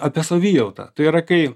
apie savijautą tai yra kai